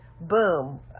boom